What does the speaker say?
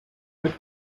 mit